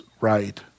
right